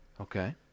okay